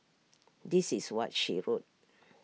this is what she wrote